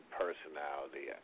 personality